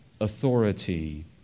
authority